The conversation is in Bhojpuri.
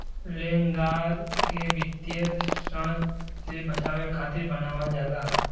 लेनदार के वित्तीय ऋण से बचावे खातिर बनावल जाला